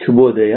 ಶುಭೋದಯ